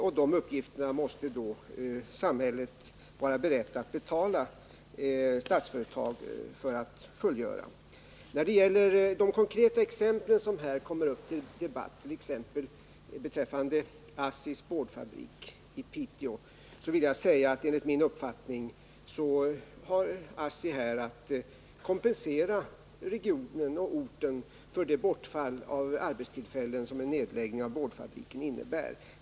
De senare uppgifterna måste då samhället vara berett att betala Statsföretag för att fullgöra. När det gäller de konkreta exempel som här kommer upp till debatt, t.ex. ASSI:s boardfabrik i Piteå, vill jag säga att ASSI enligt min uppfattning har att kompensera regionen och orten för det bortfall av arbetstillfällen som en nedläggning av boardfabriken innebär.